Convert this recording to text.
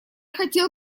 хотел